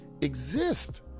exist